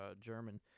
German